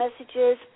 messages